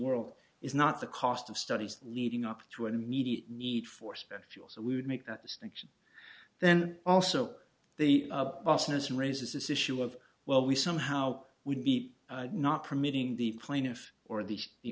world is not the cost of studies leading up to an immediate need for spent fuel so we would make that distinction then also the process raises this issue of well we somehow would be not permitting the plaintiff or the the